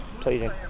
pleasing